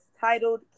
titled